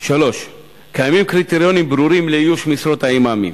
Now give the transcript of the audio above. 3. קיימים קריטריונים ברורים לאיוש משרות האימאמים: